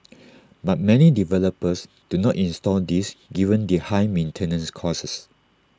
but many developers do not install these given their high maintenance costs